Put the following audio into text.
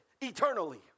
eternally